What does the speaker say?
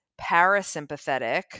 parasympathetic